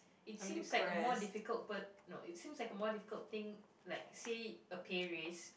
it's seemed like a more difficult but no it's seemed like a more difficult thing like say a paris